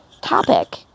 topic